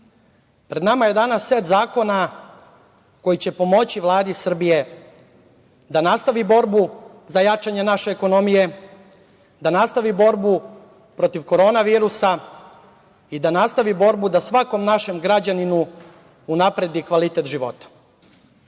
dali. Pred nama je danas set zakona koji će pomoći Vladi Srbije da nastavi borbu za jačanje naše ekonomije, da nastavi borbu protiv korona virusa i da nastavi borbu da svakom našem građaninu unapredi kvalitet života. Ova